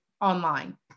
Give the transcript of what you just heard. online